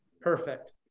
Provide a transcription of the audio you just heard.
Perfect